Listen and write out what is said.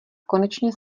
konečně